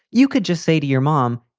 you could just say to your mom,